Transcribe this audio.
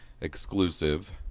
exclusive